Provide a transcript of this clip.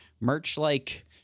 Merch-like